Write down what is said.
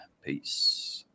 Peace